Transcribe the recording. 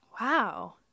Wow